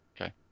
Okay